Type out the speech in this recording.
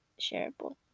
shareable